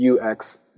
UX